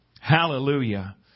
Hallelujah